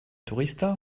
tourista